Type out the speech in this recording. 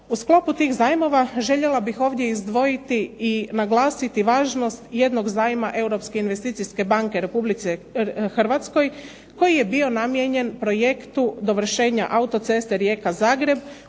U sklopu tih zajmova željela bih ovdje izdvojiti i naglasiti važnost jednog zajma Europske investicijske banke u Republici Hrvatskoj koji je bio namijenjen projektu dovršenja autoceste Rijeka – Zagreb